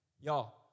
Y'all